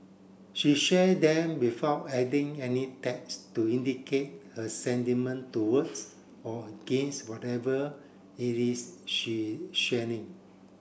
she share them without adding any text to indicate her sentiment towards or against whatever it is she sharing